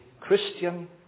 Christian